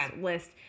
list